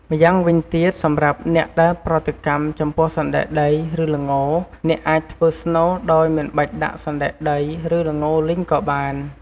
ម្យ៉ាងវិញទៀត សម្រាប់អ្នកដែលប្រតិកម្មចំពោះសណ្តែកដីឬល្ង អ្នកអាចធ្វើស្នូល ដោយមិនបាច់ដាក់សណ្តែកដី ឬ ល្ងលីងក៏បាន។